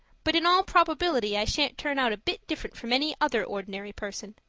but in all probability i shan't turn out a bit different from any other ordinary person.